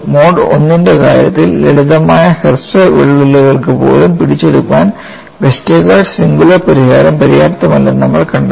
mode I ന്റെ കാര്യത്തിൽ ലളിതമായ ഹ്രസ്വ വിള്ളലുകൾക്ക് പോലും പിടിച്ചെടുക്കാൻ വെസ്റ്റർഗാർഡ് സിംഗുലാർ പരിഹാരം പര്യാപ്തമല്ലെന്ന് നമ്മൾ കണ്ടെത്തി